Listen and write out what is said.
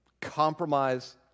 compromise